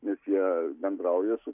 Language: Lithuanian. nes jie bendrauja su